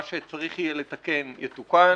מה שצריך יהיה לתקן יתוקן